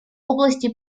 области